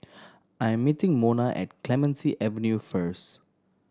I'm meeting Mona at Clementi Avenue first